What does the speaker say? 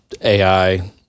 AI